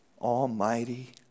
almighty